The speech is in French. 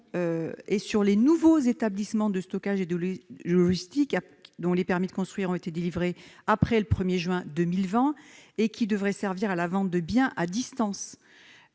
concerne les nouveaux établissements de stockage et de logistique dont les permis de construire ont été délivrés après le 1 juin 2020 et qui devraient servir à la vente de biens à distance.